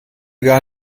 gar